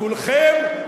כולכם,